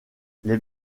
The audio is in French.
les